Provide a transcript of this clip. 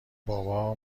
بابا